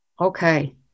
Okay